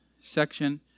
section